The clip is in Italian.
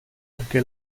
perché